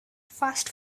fast